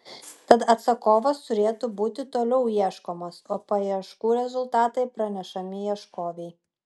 tad atsakovas turėtų būti toliau ieškomas o paieškų rezultatai pranešami ieškovei